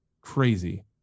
crazy